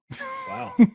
Wow